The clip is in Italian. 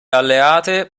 alleate